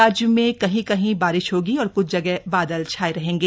राज्य में कहीं कहीं बारिश होगी और कुछ जगह बादल छाये रहेंगे